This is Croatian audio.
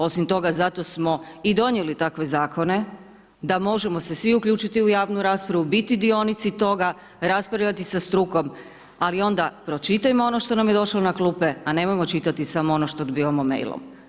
Osim toga, zato smo i donijeli takve zakone, da možemo se svi uključiti u javnu raspravu, biti dionici toga, raspravljati sa strukom, ali onda pročitajmo ono što nam je došlo na klupe, a nemojmo čitati samo ono što dobivamo mailom.